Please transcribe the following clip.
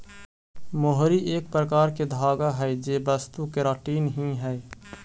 मोहरी एक प्रकार के धागा हई जे वस्तु केराटिन ही हई